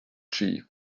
chief